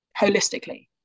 holistically